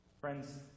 friends